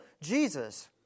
Jesus